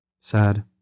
Sad